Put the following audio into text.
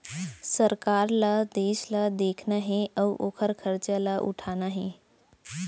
सरकार ल देस ल देखना हे अउ ओकर खरचा ल उठाना हे